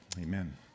amen